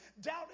Doubt